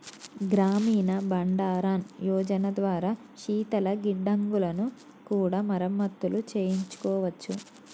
గ్రామీణ బండారన్ యోజన ద్వారా శీతల గిడ్డంగులను కూడా మరమత్తులు చేయించుకోవచ్చు